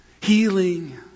healing